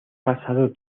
pasado